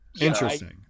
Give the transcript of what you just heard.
interesting